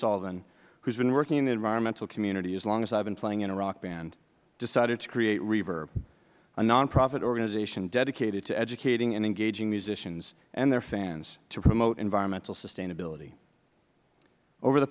sullivan who has been working in the environmental community as long as i have been playing in a rock band decided to create reverb a nonprofit organization dedicated to educating and engaging musicians and their fans to promote environmental sustainability over the